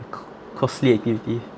c~ costly activity